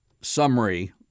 summary